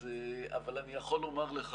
אבל אני יכול לומר לך